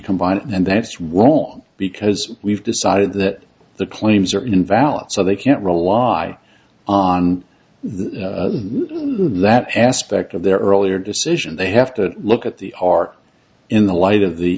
combined and that's wrong because we've decided that the claims are invalid so they can't rely on the that aspect of their earlier decision they have to look at the heart in the light of the